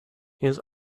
his